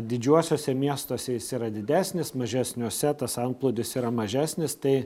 didžiuosiuose miestuose jis yra didesnis mažesniuose tas antplūdis yra mažesnis tai